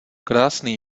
krásný